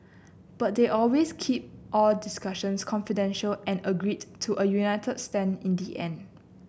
but they always keep all discussions confidential and agreed to a united stand in the end